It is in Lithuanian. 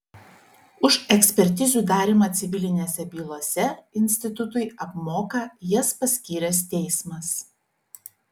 už ekspertizių darymą civilinėse bylose institutui apmoka jas paskyręs teismas